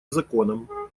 законом